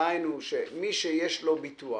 דהיינו, שמי שיש לו ביטוח